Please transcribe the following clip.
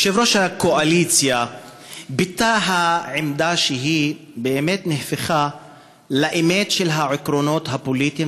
יושב-ראש הקואליציה ביטא עמדה שהפכה לאמת של העקרונות הפוליטיים